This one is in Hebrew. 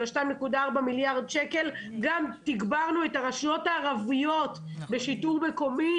של 2.4 מיליארד שקל גם תגברנו את הרשויות הערביות בשיטור מקומי,